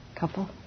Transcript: Couple